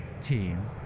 team